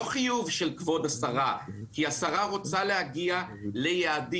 לא חיוב של כבוד השרה, כי השרה רוצה להגיע ליעדים.